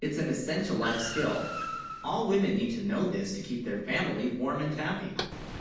it's an essential life, skill all women need to know this to keep their family warm and happy